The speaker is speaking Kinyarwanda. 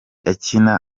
akina